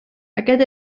aquest